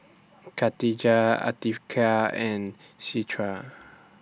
Katijah Afiqah and Citra